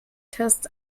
test